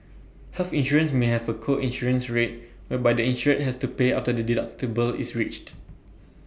health insurance may have A co insurance rate whereby the insured has to pay after the deductible is reached